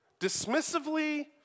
dismissively